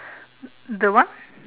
the what